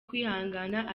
kwihangana